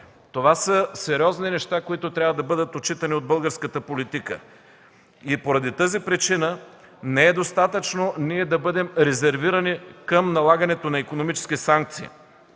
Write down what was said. Това са сериозни неща, които трябва да бъдат отчитани от българската политика. Поради тази причина не е достатъчно да бъдем резервирани към налагането на икономически санкции.